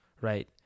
right